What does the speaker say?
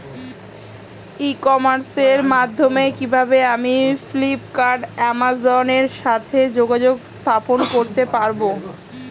ই কমার্সের মাধ্যমে কিভাবে আমি ফ্লিপকার্ট অ্যামাজন এর সাথে যোগাযোগ স্থাপন করতে পারব?